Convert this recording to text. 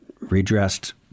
redressed